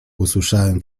usłyszałem